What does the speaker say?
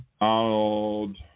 Donald